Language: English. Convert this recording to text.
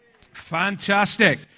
Fantastic